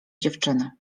dziewczyny